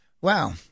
Wow